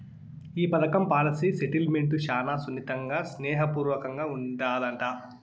ఈ పదకం policy settlement శానా సున్నితంగా, స్నేహ పూర్వకంగా ఉండాదట